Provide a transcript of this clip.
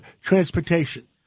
transportation